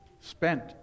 spent